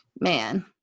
man